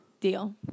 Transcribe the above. Deal